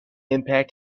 impact